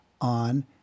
on